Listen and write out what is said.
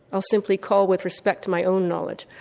i'll simply call with respect to my own knowledge.